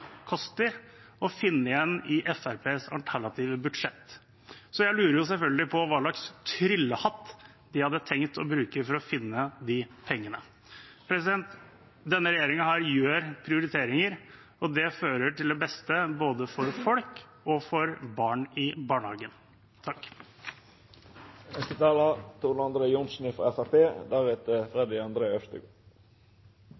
koster, å finne igjen i Fremskrittspartiets alternative budsjett. Så jeg lurer jo selvfølgelig på hva slags tryllehatt de hadde tenkt å bruke for å finne de pengene. Denne regjeringen gjør prioriteringer, og det fører til det beste både for folk og for barn i barnehagen.